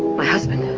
my husband.